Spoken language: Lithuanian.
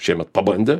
šiemet pabandė